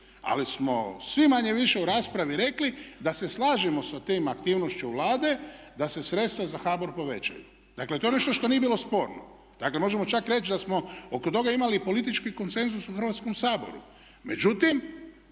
ali smo svi manje-više u raspravi rekli da se slažemo sa tom aktivnošću Vlade da se sredstva za HBOR povećaju. Dakle to je nešto što nije bilo sporno. Dakle možemo čak reći da smo oko toga imali i politički konsenzus u Hrvatskom saboru.